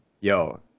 Yo